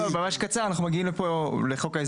לפני כמה חודשים,